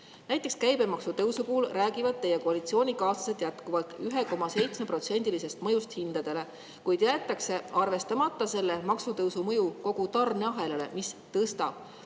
Näiteks käibemaksu tõusu puhul räägivad teie koalitsioonikaaslased jätkuvalt 1,7%-lisest mõjust hindadele, kuid jäetakse arvestamata selle maksutõusu mõju kogu tarneahelale, mis tõstab